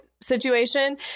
situation